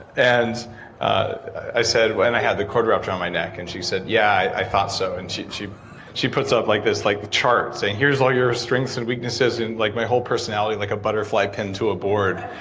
and i said, but and i had the cord wrapped around my neck. and she said, yeah, i thought so. and she she puts up like this like chart saying, here's all your strengths and weaknesses. and like my whole personality like a butterfly pinned to a board.